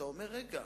ואתה אומר: רגע,